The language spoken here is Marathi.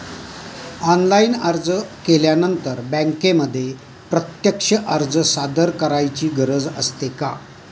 ऑनलाइन अर्ज केल्यानंतर बँकेमध्ये प्रत्यक्ष अर्ज सादर करायची गरज असते का?